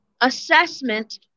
assessment